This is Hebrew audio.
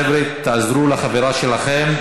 חבר'ה, תעזרו לחברה שלכם.